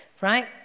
right